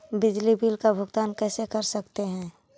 बिजली बिल का भुगतान कैसे कर सकते है?